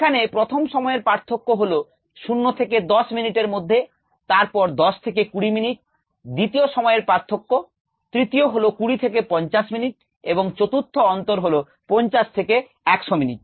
এখানে প্রথম সময়ের পার্থক্য হল 0 থেকে 10 মিনিটের মধ্যে তারপর 10 থেকে 20 মিনিট দ্বিতীয় সময়ের পার্থক্য তৃতীয় হলো 20 থেকে 50 মিনিট এবং চতুর্থ অন্তর হলো 50 থেকে 100 মিনিট